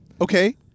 Okay